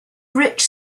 rich